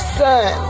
son